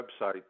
website